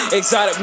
exotic